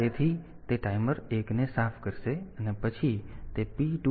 તેથી તે ટાઈમર 1 ને સાફ કરશે અને પછી તે P2